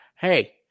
Hey